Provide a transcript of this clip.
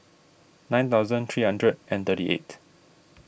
nine thousand three hundred and thirty eight